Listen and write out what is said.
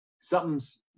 something's